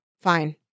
fine